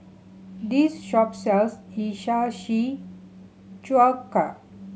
this shop sells Hiyashi Chuka